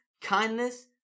Kindness